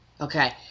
Okay